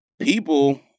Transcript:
people